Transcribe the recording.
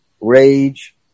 rage